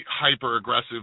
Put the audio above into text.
hyper-aggressive